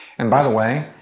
and by the way,